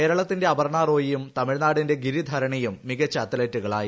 കേരളത്തിന്റെ അപർണ റോയും തമിഴ്നാടിന്റെ ഗിരിധരണിയും മികച്ച അത്ലറ്റുകളായി